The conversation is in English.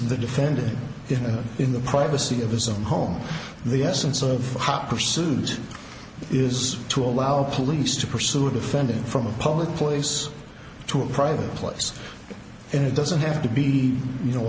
the defendant in the privacy of his own home the essence of hot pursuit is to allow police to pursue a defendant from a public place to a private place and it doesn't have to be you know